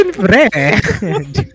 friend